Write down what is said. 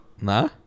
Nah